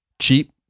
cheap